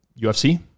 UFC